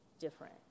different